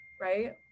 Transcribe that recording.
right